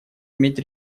иметь